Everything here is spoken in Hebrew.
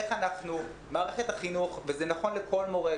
איך מערכת החינוך וזה נכון לכל מורה,